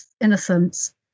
innocence